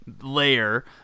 layer